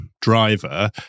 driver